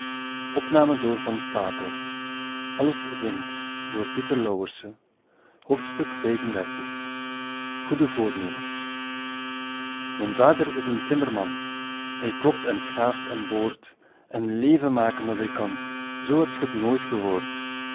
mijn vader is een timmerman hij klopt en schaaft en boort en leven maken dat hij kan zoo hebt ge t nooit gehoord